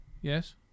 Yes